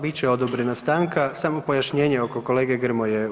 Bit će odobrena stanka, samo pojašnjenje oko kolege Grmoje.